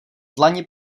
dlani